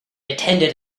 attended